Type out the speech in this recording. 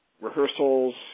rehearsals